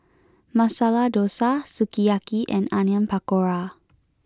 Masala Dosa Sukiyaki and Onion Pakora